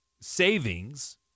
savings